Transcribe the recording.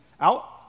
out